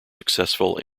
successful